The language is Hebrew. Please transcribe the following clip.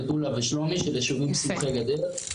מטולה ושלומי של ישובים סמוכי גדר.